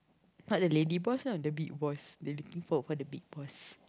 not the lady boss lah the big boss they waiting for the big boss